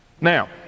Now